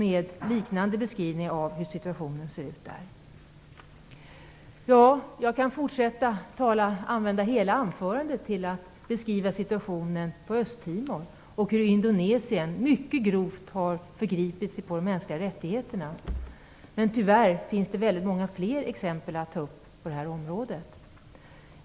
Jag skulle kunna använda hela mitt anförande till att beskriva situationen på Östtimor och till Indonesiens mycket grova övergrepp mot de mänskliga rättigheterna. Men tyvärr finns det väldigt många fler exempel på det här området att ta upp.